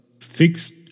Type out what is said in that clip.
fixed